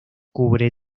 cubre